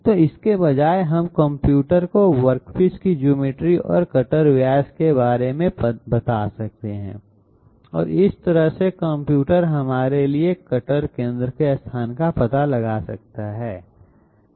तो इसके बजाय हम कंप्यूटर को वर्कपीस की ज्योमेट्री और कटर व्यास के बारे में बता सकते हैं और इस तरह से कंप्यूटर हमारे लिए कटर केंद्र के स्थान का पता लगा सकता है